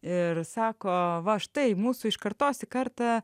ir sako va štai mūsų iš kartos į kartą